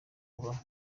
kubaho